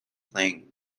playing